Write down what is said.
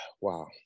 wow